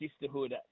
Sisterhood